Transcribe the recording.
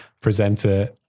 presenter